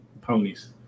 ponies